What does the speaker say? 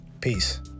peace